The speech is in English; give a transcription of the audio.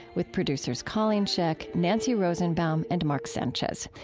with producers colleen scheck, nancy rosenbaum, and marc sanchez.